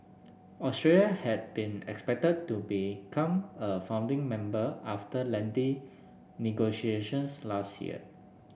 Australia had been expected to become a founding member after lengthy negotiations last year